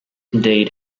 indeed